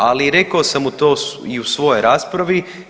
Ali rekao sam to i u svojoj raspravi.